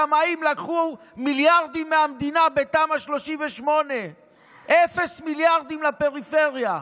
הטמעים לקחו מיליארדים מהמדינה בתמ"א 38. אפס מיליארדים לפריפריה.